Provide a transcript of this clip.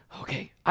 Okay